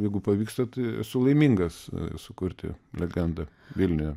jeigu pavyksta tai esu laimingas sukurti legendą vilniuje